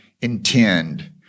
intend